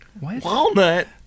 Walnut